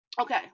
okay